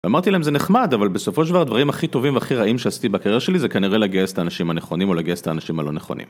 ואמרתי להם זה נחמד אבל בסופו של דבר. הדברים הכי טובים והכי רעים שעשיתי בקריירה שלי זה כנראה לגייס את האנשים הנכונים או לגייס את האנשים הלא נכונים.